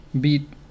Beat